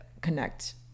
connect